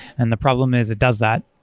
and the problem is it does that,